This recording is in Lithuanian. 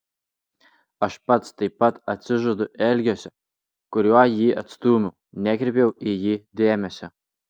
aš pats taip pat atsižadu elgesio kuriuo jį atstūmiau nekreipiau į jį dėmesio